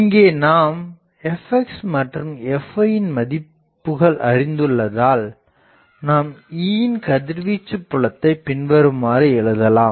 இங்கே நாம் fxமற்றும் fyமதிப்புகள் அறிந்துள்ளதால் நாம் E யின் கதிர்வீச்சு புலத்தை பின்வருமாறு எழுதலாம்